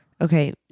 Okay